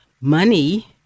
Money